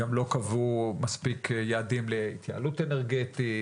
גם לא קבעו מספיק יעדים להתייעלות אנרגטית,